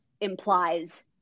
implies